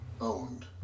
owned